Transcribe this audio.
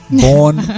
born